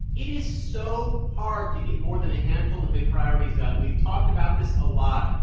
it is so hard to get more than a handful of big priorities done. we've talked about this a lot.